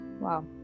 Wow